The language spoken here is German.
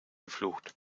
geflucht